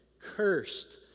Cursed